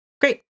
great